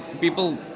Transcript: people